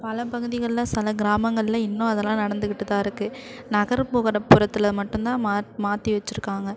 பல பகுதிகளில் சில கிராமங்களில் இன்னும் அதெல்லாம் நடந்துக்கிட்டு தான் இருக்குது நகர்புறபுறத்தில் மட்டும்தான் மா மாற்றி வச்சுருக்காங்க